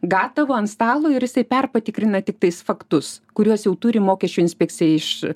gatavo ant stalo ir jisai perpatikrina tiktais faktus kuriuos jau turi mokesčių inspekcija iš